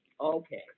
okay